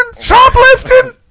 shoplifting